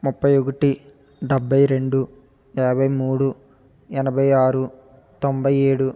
ముప్పై ఒకటి డెబ్బై రెండు యాభై మూడు ఎనభై ఆరు తొంభై ఏడు